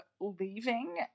leaving